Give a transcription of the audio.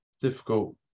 difficult